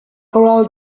corral